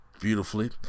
beautifully